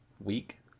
week